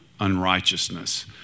unrighteousness